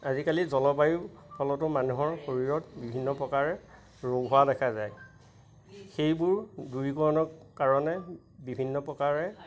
আজিকালি জলবায়ুৰ ফলতো মানুহৰ শৰীৰত বিভিন্ন প্ৰকাৰে ৰোগ হোৱা দেখা যায় সেইবোৰ দূৰীকৰণৰ কাৰণে বিভিন্ন প্ৰকাৰে